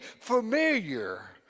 familiar